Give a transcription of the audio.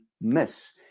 miss